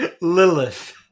Lilith